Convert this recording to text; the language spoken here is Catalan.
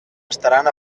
estaran